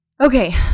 Okay